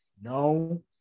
No